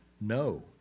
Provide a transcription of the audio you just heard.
No